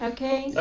Okay